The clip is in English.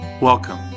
Welcome